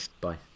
Bye